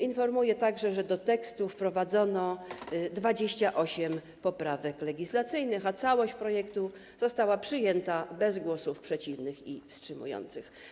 Informuję także, że do tekstu wprowadzono 28 poprawek legislacyjnych, a całość projektu została przyjęta bez głosów przeciwnych i wstrzymujących się.